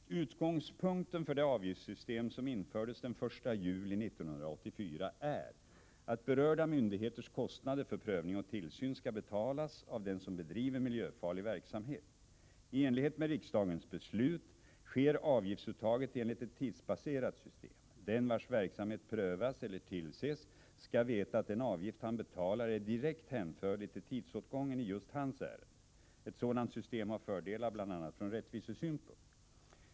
Utgångspunkten för det avgiftssystem som infördes den 1 juli 1984 är att berörda myndigheters kostnader för prövning och tillsyn skall betalas av den som bedriver miljöfarlig verksamhet. I enlighet med riksdagens beslut sker avgiftsuttaget enligt ett tidsbaserat system. Den vars verksamhet prövas eller tillses skall veta att den avgift han betalar är direkt hänförlig till tidsåtgången i just hans ärende. Ett sådant system har fördelar bl.a. ur rättvisesynpunkt.